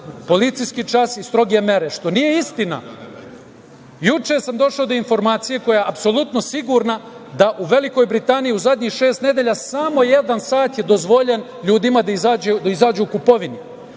policijski čas i stroge mere, što nije istina. Juče sam došao do informacije koja je apsolutno sigurna da u Velikoj Britaniji u zadnjih šest nedelja samo jedan sat je dozvoljen ljudima da izađu u kupovinu,